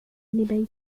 بيتي